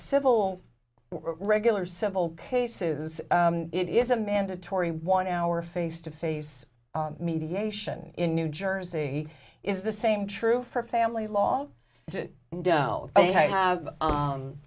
civil regular civil cases it is a mandatory one hour face to face mediation in new jersey is the same true for family law and i have